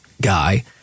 guy